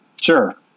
Sure